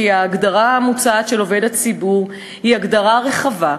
כי ההגדרה המוצעת של עובד הציבור היא הגדרה רחבה,